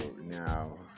now